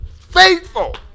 faithful